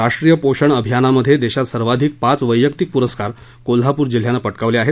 राष्ट्रीय पोषण अभियानमध्ये देशात सर्वाधिक पाच वैयक्तिक पुरस्कार कोल्हापूर जिल्ह्यानं पटकावले आहेत